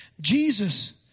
Jesus